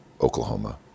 Oklahoma